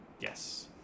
Yes